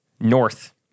north